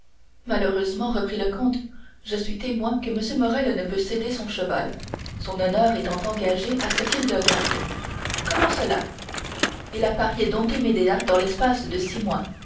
malheureusement reprit le comte je suis témoin que m morrel ne peut céder son cheval son honneur étant engagé à ce qu'il le garde comment cela il a parié dompter médéah dans l'espace de six mois